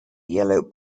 yellow